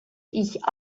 ich